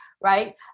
right